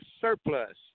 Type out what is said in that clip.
surplus